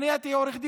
הייתי אז עורך דין,